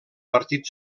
partit